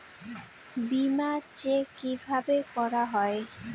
বিমা চেক কিভাবে করা হয়?